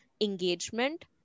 engagement